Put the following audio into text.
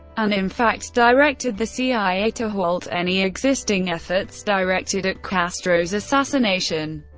and in fact directed the cia to halt any existing efforts directed at castro's assassination.